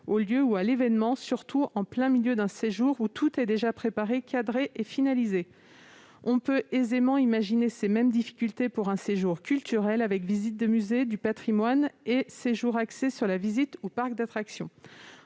au lieu ou à l'événement, surtout au milieu d'un séjour où tout est déjà préparé, cadré et finalisé. On peut aisément imaginer ces mêmes difficultés pour un séjour culturel, avec visites de musées et de lieux patrimoniaux, ou encore pour un séjour axé sur la visite de parcs d'attractions.